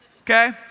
Okay